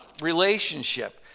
relationship